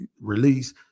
release